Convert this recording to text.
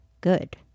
good